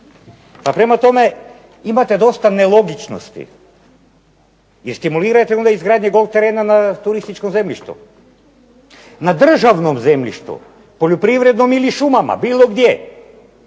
Pa prema tome, imate dosta nelogičnosti i stimulirajte onda izgradnje golf terena na turističkom zemljištu. Na državnom zemljištu, poljoprivrednom ili šumama bilo gdje,